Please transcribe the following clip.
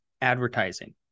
advertising